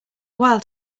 while